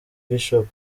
bishop